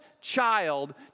child